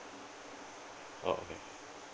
oh okay